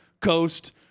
Coast